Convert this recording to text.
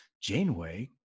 Janeway